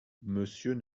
monsieur